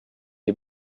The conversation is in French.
est